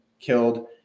killed